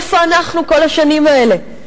איפה אנחנו כל השנים האלה?